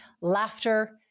laughter